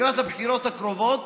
לקראת הבחירות הקרובות,